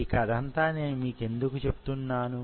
ఈ కథంతా నేను మీకెందుకు చెప్తున్నాను